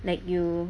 like you